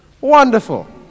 Wonderful